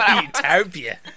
Utopia